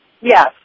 Yes